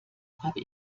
habe